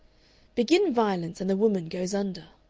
begin violence, and the woman goes under.